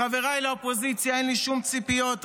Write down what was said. מחבריי לאופוזיציה אין לי שום ציפיות -- נא לסיים.